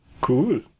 Cool